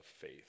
faith